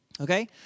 Okay